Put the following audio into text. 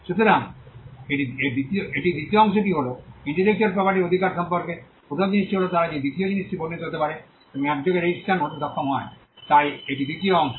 সুতরাং এটি দ্বিতীয় অংশটি হল ইন্টেলেকচুয়াল প্রপার্টির অধিকার সম্পর্কে প্রথম জিনিসটি হল তারা যে দ্বিতীয় জিনিসটি বর্ণিত হতে পারে এবং একযোগে রেজিস্ট্রেশন হতে সক্ষম হয় তাই এটি দ্বিতীয় অংশ